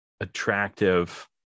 attractive